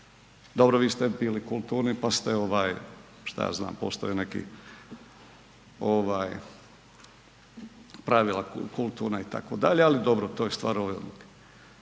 dobro, vi ste bili kulturni pa ste šta ja znam, postoje neka pravila kulturna itd., ali dobro to je stvar